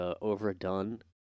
overdone